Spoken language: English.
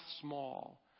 small